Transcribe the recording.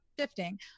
shifting